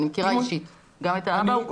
אני מכירה אישית, גם את האבא.